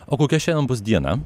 o kokia šiandien bus diena